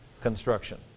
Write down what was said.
construction